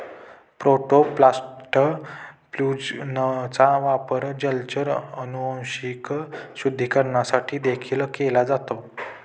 protoplast फ्यूजनचा वापर जलचर अनुवांशिक शुद्धीकरणासाठी देखील केला जातो